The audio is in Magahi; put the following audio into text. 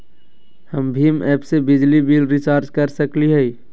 हम भीम ऐप से बिजली बिल रिचार्ज कर सकली हई?